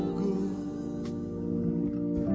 good